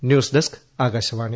news desk Akashvani